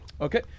Okay